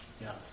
Yes